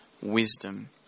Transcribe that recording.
wisdom